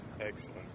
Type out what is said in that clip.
Excellent